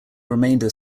remainder